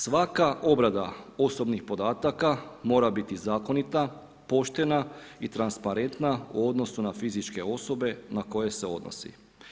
Svaka obrada osobnih podataka mora biti zakonita, poštena i transparenta u odnosu na fizičke osobe na koje se odnosi.